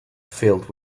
filled